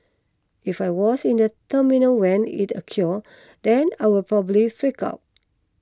if I was in the terminal when it occurred then I'll probably freak out